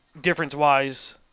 difference-wise